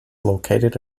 located